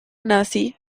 nazi